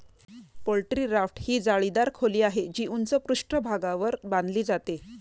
poultry raft ही जाळीदार खोली आहे, जी उंच पृष्ठभागावर बांधली जाते